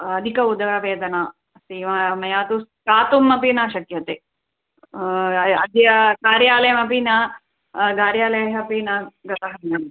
अधिक उदरवेदना एव मया तु स्थातुमपि न शक्यते अद्य कार्यालयमपि न कार्यालयः अपि न गतः मया